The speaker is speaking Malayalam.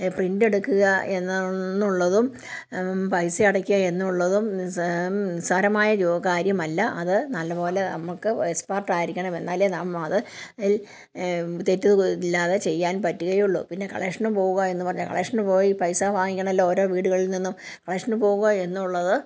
പ്രിൻറ്റ് എടുക്കുക എന്ന് എന്നുള്ളതും പൈസ അടക്കുക എന്നുള്ളതും നി നിസ്സാരമായ ജോ കാര്യമല്ല അത് നല്ലപോലെ നമുക്ക് എക്സ്പെർട്ടായിരിക്കണം എന്നാലേ നാം അത് തെറ്റ് ഇല്ലാതെ ചെയ്യാൻ പറ്റുകയുള്ളു പിന്നെ കളക്ഷനും പോകുക എന്ന് പറഞ്ഞ കളക്ഷൻ പോയി പൈസ വാങ്ങിക്കണമല്ലോ ഓരോ വീടുകളിൽ നിന്നും കളക്ഷന് പോകുക എന്നുള്ളത്